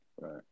Right